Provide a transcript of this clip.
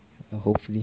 hopefully